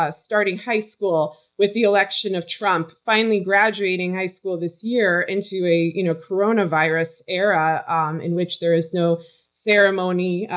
ah starting high school with the election of trump, finally graduating high school this year into a you know coronavirus era um in which there is no ceremony,